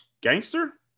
Gangster